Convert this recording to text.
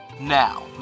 Now